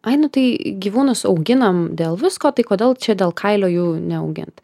ai nu tai gyvūnus auginam dėl visko tai kodėl čia dėl kailio jų neaugint